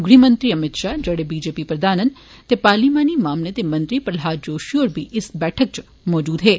गृहमंत्री अमित शाह जेड़े बीजेपी प्रघान न ते पार्लिमानी मामले दे मंत्री प्रलहाद जोशी होर बी इस बैठक इच मौजूद हे